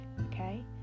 okay